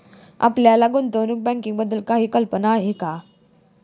आपल्याला गुंतवणूक बँकिंगबद्दल काही कल्पना आहे का?